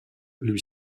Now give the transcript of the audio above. lui